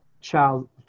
child